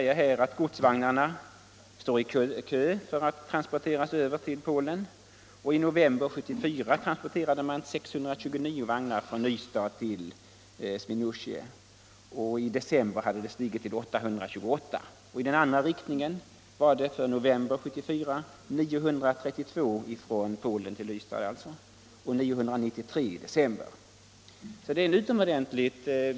Godsvagnarna står i kö för att transporteras över till Polen. I november 1974 transporterade man över 629 vagnar från Ystad till Swinoujscie. I december hade antalet stigit till 828. I november 1974 var antalet transporterade vagnar i den andra riktningen, alltså från Polen till Sverige, 932 och i december 933.